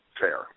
fair